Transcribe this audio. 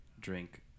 drink